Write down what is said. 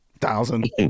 thousand